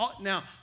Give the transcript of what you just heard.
now